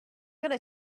gonna